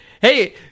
Hey